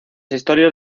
historias